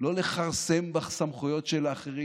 לא לכרסם בסמכויות של האחרים,